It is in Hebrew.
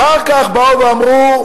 אחר כך באו ואמרו: